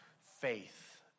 faith